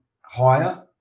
higher